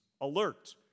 alert